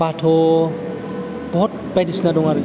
बाथ' बहद बायदिसिना दं आरो